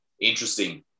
interesting